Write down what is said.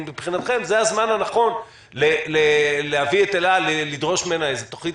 אם מבחינתכם זה הזמן הנכון להביא את אל-על ולדרוש ממנה איזו תוכנית